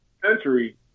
country